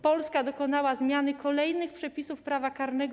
Polska dokonała zmiany kolejnych przepisów Prawa karnego.